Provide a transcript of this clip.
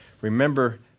remember